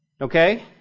Okay